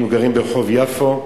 גרנו ברחוב יפו.